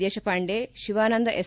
Deshpande Shivanand S